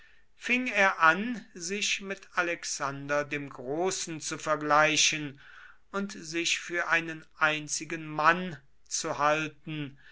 fing er an sich mit alexander dem großen zu vergleichen und sich für einen einzigen mann zu halten